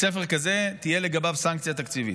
לגבי בית ספר כזה תהיה סנקציה תקציבית.